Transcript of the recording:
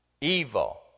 Evil